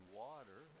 water